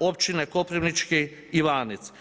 općine Koprivnički Ivanec.